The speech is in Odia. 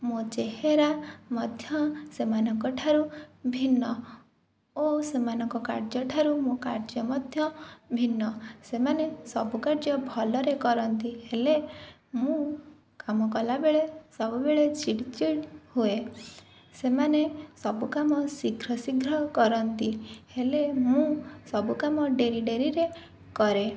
ମୋ ଚେହେରା ମଧ୍ୟ ସେମାନଙ୍କ ଠାରୁ ଭିନ୍ନ ଓ ସେମାନଙ୍କ କାର୍ଯ୍ୟଠାରୁ ମୋ କାର୍ଯ୍ୟ ମଧ୍ୟ ଭିନ୍ନ ସେମାନେ ସବୁ କାର୍ଯ୍ୟ ଭଲରେ କରନ୍ତି ହେଲେ ମୁଁ କାମ କଲାବେଳେ ସବୁବେଳେ ଚିଡ଼ଚିଡ଼ ହୁଏ ସେମାନେ ସବୁ କାମ ଶୀଘ୍ର ଶୀଘ୍ର କରନ୍ତି ହେଲେ ମୁଁ ସବୁ କାମ ଡେରି ଡେରିରେ କରେ